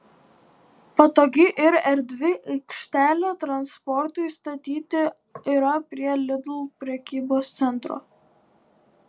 patogi ir erdvi aikštelė transportui statyti yra prie lidl prekybos centro